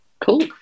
Cool